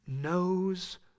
knows